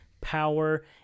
Power